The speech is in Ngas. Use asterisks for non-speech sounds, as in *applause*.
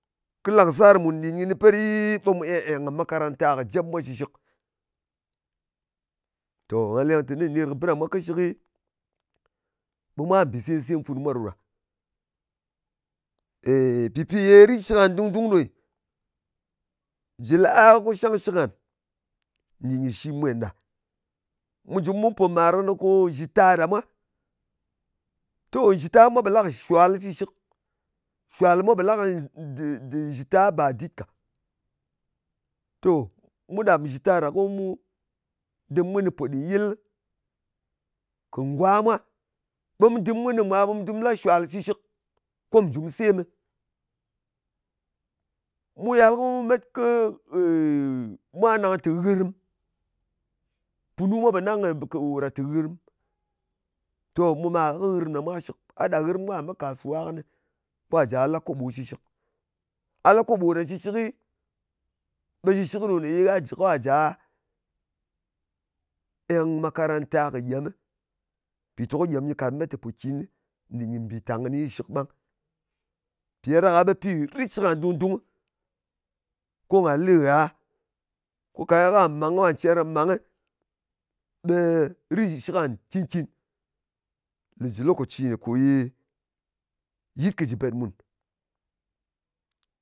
Kɨ làng sar nɗin kɨnɨ pet ɗɨ, ɓe eng-eng kɨ makaranta kɨ̀ jep mwa shlishɨk. To, ngà leng teni ner kɨ bɨ ɗa mwa kɨoshɨki, ɓe mwa mbì sem-sem funu mwa ɗo ɗa. Èy, pɨpi ye ritshɨk ngan dung-dung ɗo nyɨ. Jɨ lē a ko shangshɨk ngàn nɗin kɨ shi mwen ɗa. Mu jɨ mu pò mar kɨnɨ ko nzhɨta ɗa mwa. To nzhɨta mwa pò la kɨ shuwal shɨshɨk. Shuwal mwa pò la kɨni dɨ dɨ nzhita ba dit ka. To, mu ɗap nzhɨta ɗa, ko mu dɨm kɨnɨ po ɗin yɨl kɨ ngwa mwa, ɓe mu dɨm kɨnɨ mwa, ɓe mu la shuwal shɨshɨk ko mù ju semɨ. Mu yal ko mu met kɨ *hesitation* mwa nang tè nghɨrm. Punu mwa pò nang kɔ ò ɗa tè nghɨrm. To mu màr kɨ nghɨrm ɗa mwa kɨshɨk. A ɗa nghɨrm ka me kasuwa kɨnɨ kà jà la koɓi shɨshɨk. A la koɓo ɗa shɨshɨkɨ, ɓe shɨshɨk ɗò gha jɨ kà ja eng makaranta kɨ gyemɨ, mpìteko gyemi, nyɨ kat met kɨ pokinɨ nɗin kɨ mbìtàng kɨni shɨk ɓang. Mpì ɗa ɗak-a ɓe pì rit shɨk ngàn dung-dung, ko ngà lɨ ngha, ko ka ye nga màng ko nga cir nga ma ngɨ, ɓe ritshɨk nga nkìn-kin lē jɨ lokaci nyɨ, kò ye yɨt kɨ jɨ ɓèt mùn.